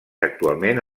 actualment